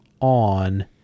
on